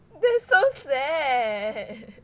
that's so sad